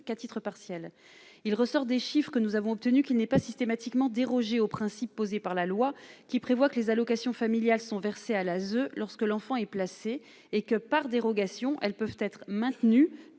qu'à titre partiel, il ressort des chiffres que nous avons obtenu qu'il n'est pas systématiquement déroger aux principes posés par la loi qui prévoit que les allocations familiales sont versées à l'ASE lorsque l'enfant est placé et que, par dérogation, elles peuvent être maintenus